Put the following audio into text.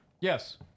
Yes